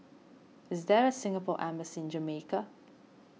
is there a Singapore Embassy in Jamaica